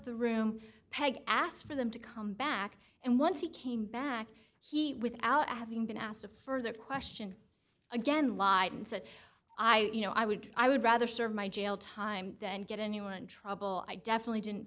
the room peg asked for them to come back and once he came back he without having been asked a further question so again lied and said i you know i would i would rather serve my jail time and get a new one trouble i definitely didn't